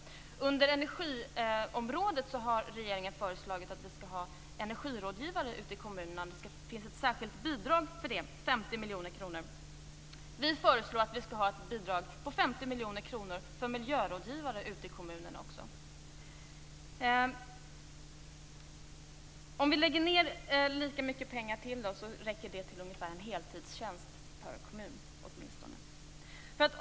På energiområdet har regeringen föreslagit att det skall finnas energirådgivare ute i kommunerna. Det finns ett särskilt bidrag, 50 miljoner kronor, för det ändamålet. Vi föreslår ett bidrag på 50 miljoner kronor att användas också till miljörådgivare ute i kommunerna. Om vi lägger ned lika mycket pengar till, så räcker det ungefär till en heltidstjänst per kommun.